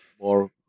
more